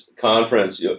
conference